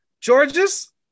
Georges